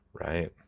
Right